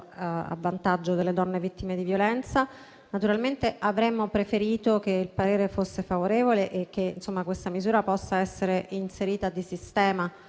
a vantaggio delle donne vittime di violenza. Naturalmente avremmo preferito che il parere fosse favorevole sull'emendamento e che questa misura potesse essere inserita in